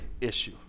issue